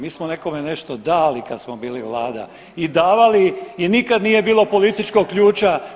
Mi smo nekome nešto dali kad smo bili vlada i davali i nikad nije bilo političkog ključa.